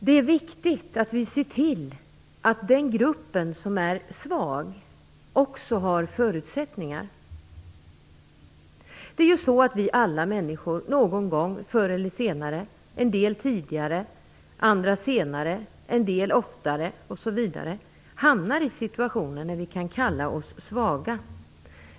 Det är viktigt att vi ser till att den grupp som är svag också har förutsättningar. Alla människor hamnar någon gång - förr eller senare, en del tidigare, andra senare, en del oftare, osv - i situationer då vi kan kalla oss svaga.